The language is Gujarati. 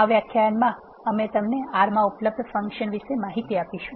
આ વ્યાખ્યાનમાં અમે તમને R માં ઉપલબ્ધ ફંક્શન વિષે માહિતી આપશું